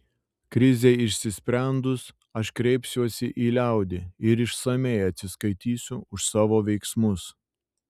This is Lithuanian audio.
krizei išsisprendus aš kreipsiuosi į liaudį ir išsamiai atsiskaitysiu už savo veiksmus